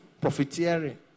Profiteering